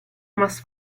más